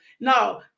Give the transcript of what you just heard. no